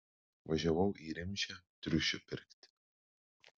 važiavau į rimšę triušių pirkti